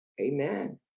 Amen